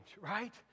right